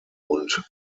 und